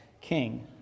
king